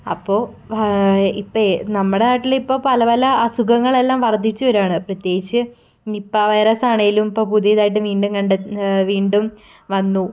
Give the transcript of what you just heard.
അപ്പോൾ ഇപ്പം എ നമ്മുടെ നാട്ടിലിപ്പോൾ പല പല അസുഖങ്ങളെല്ലാം വർധിച്ച് വരുവാണ് പ്രത്യേകിച്ച് നിപ്പാ വൈറസാണേലും ഇപ്പം പുതിയതായിട്ട് വീണ്ടും കണ്ടത്ത് വീണ്ടും വന്നു